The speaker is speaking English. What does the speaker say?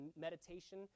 meditation